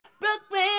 Brooklyn